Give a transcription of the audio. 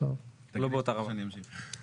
לא באותה רמה.